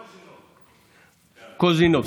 קוז'ינוב.